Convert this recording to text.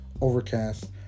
overcast